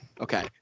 okay